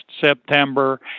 September